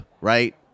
right